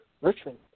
Richmond